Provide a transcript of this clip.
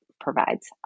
provides